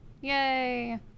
Yay